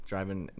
Driving